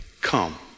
come